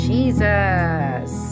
Jesus